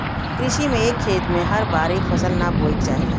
कृषि में एक खेत में हर बार एक फसल ना बोये के चाहेला